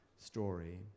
story